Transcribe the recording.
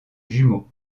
jumeaux